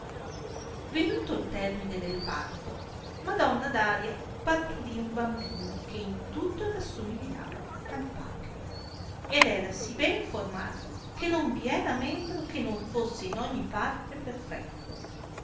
venuto il termine del parto madonna daria parturì un bambino che in tutto rassomigliava al padre ed era sì ben formato che non vi era membro che non fosse in ogni parte perfetto